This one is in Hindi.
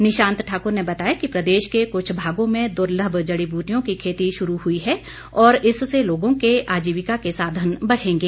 निशांत ठाक्र ने बताया कि प्रदेश के कुछ भागों में दुर्लभ जड़ी बूटियों की खेती शुरू हुई है और इससे लोगों के आजीविका के साधन बढ़ेंगे